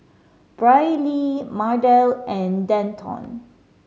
Brylee Mardell and Denton